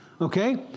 okay